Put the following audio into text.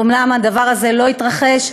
אומנם הדבר הזה לא התרחש,